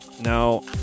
Now